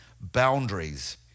boundaries